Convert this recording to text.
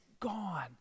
gone